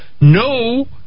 No